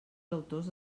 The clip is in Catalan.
deutors